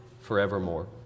forevermore